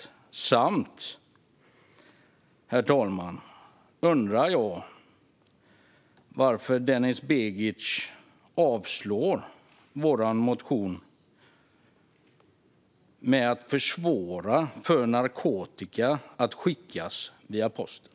Vidare undrar jag, herr talman, varför Denis Begic yrkar avslag på vår motion som syftar till att försvåra att narkotika kan skickas via posten.